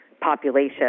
population